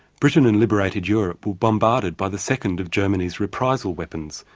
britain and liberated europe were bombarded by the second of germany's reprisal weapons,